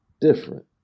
different